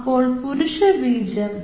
അപ്പോൾ പുരുഷ ബീജം